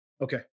Okay